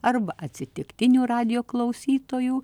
arba atsitiktinių radijo klausytojų